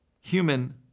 human